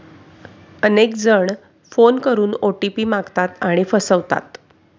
अनेक जण फोन करून ओ.टी.पी मागतात आणि फसवतात